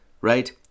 right